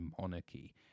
monarchy